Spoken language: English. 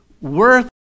worth